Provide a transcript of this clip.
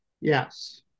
Yes